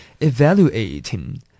Evaluating